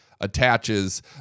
attaches